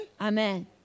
Amen